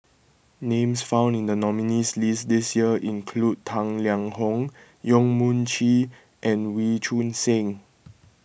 names found in the nominees' list this year include Tang Liang Hong Yong Mun Chee and Wee Choon Seng